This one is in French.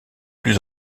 plus